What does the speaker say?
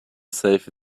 save